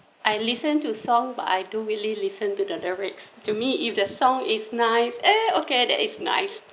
I listen to song but I don't really listen to the lyrics to me if the song is nice eh okay that is nice